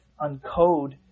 uncode